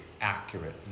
accurate